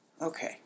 Okay